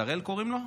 שראל, קוראים לו?